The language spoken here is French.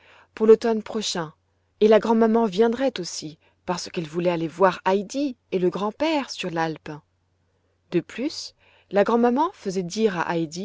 pour l'automne prochain et la grand'maman viendrait aussi parce qu'elle voulait aller voir heidi et le grand-père sur l'alpe de plus la grand'maman faisait dire